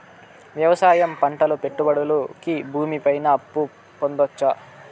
వ్యవసాయం పంటల పెట్టుబడులు కి భూమి పైన అప్పు పొందొచ్చా?